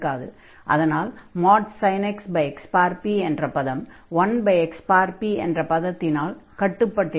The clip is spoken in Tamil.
அதனால் x |xp என்ற பதம் 1xp என்ற பதத்தினால் கட்டுப்பட்டிருக்கும்